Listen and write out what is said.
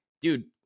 dude